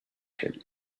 him